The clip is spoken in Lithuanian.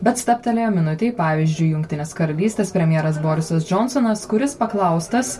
bet stabtelėjo minutei pavyzdžiui jungtinės karalystės premjeras borisas džonsonas kuris paklaustas